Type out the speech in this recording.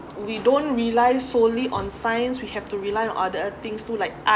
we don't rely solely on science we have to rely on other things too like